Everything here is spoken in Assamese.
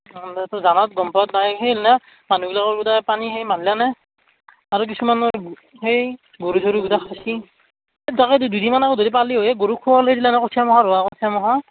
অঁ এনেটো জানাত গম প'ৱাত নাই মানুহবিলাকৰ গোটাই পানী সেই মাল্লানে আৰু কিছুমানৰ সেই গৰু চৰুগোটাই খাইছি তাকেতো দুইদিনমান আগত হ'লি পালি হয় এই গৰুক খোৱোলাক না কঠিয়ামখা ৰোৱা কঠিয়া মাখা